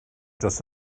dros